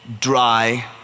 dry